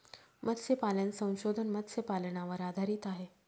मत्स्यपालन संशोधन मत्स्यपालनावर आधारित आहे